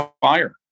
fire